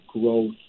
growth